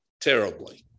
Terribly